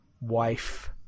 wife